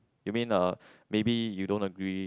you mean uh maybe you don't agree